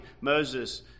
Moses